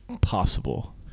possible